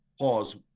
pause